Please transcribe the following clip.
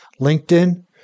LinkedIn